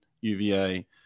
UVA